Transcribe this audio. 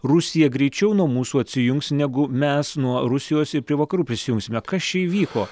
rusija greičiau nuo mūsų atsijungs negu mes nuo rusijos ir prie vakarų prisijungsime kas čia įvyko